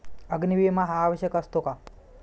अग्नी विमा हा आवश्यक असतो का?